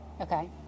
Okay